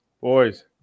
boys